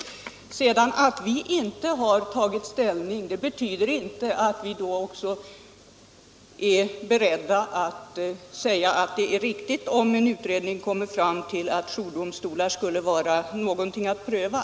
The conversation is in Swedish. Att vi inte har tagit ställning betyder inte att vi är beredda att säga att det är riktigt, om en utredning skulle komma fram till att jourdomstolar skulle vara någonting att pröva.